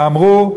אמרו: